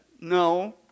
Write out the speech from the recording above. No